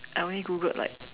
I only Googled like